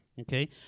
Okay